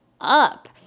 up